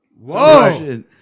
Whoa